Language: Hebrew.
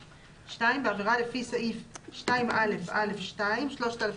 "(2)בעבירה לפי סעיף 20א(א)(2) 3,000